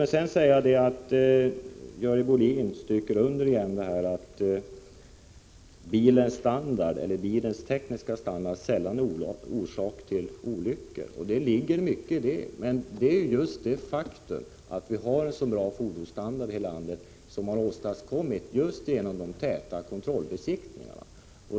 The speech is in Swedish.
Görel Bohlin stryker under att bilens tekniska standard sällan är orsak till olyckor. Det ligger mycket i det. Men orsaken till att vi har så bra fordonsstandard i landet är just de täta kontrollbesiktningarna.